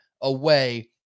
away